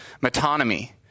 metonymy